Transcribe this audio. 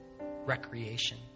recreation